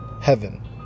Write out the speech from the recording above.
heaven